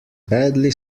badly